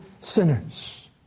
sinners